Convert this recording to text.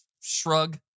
shrug